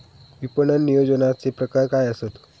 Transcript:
विपणन नियोजनाचे प्रकार काय आसत?